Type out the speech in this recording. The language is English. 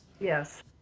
Yes